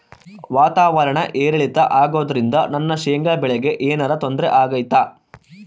ವಾತಾವರಣ ಏರಿಳಿತ ಅಗೋದ್ರಿಂದ ನನ್ನ ಶೇಂಗಾ ಬೆಳೆಗೆ ಏನರ ತೊಂದ್ರೆ ಆಗ್ತೈತಾ?